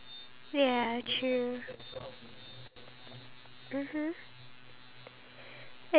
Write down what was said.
and then so planning is number one and then number two I feel like you must constantly